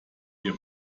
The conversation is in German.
wir